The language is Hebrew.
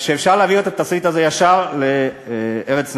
אמר שאפשר להעביר את התסריט הזה ישר ל"ארץ נהדרת".